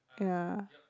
ya